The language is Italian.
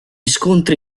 scontri